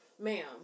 ma'am